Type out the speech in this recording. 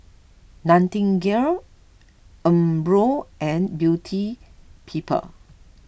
Nightingale Umbro and Beauty People